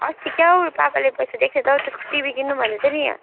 अस्ति क्या हो पापाले पैसा दिएको थियो त हो त्यसको टिभी किन्नु भनेको थियो नि